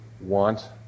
want